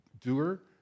doer